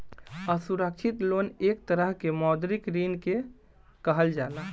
असुरक्षित लोन एक तरह के मौद्रिक ऋण के कहल जाला